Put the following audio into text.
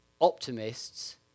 Optimists